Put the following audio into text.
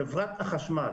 חברת החשמל,